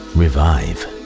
revive